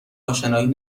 اشنایی